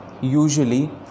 usually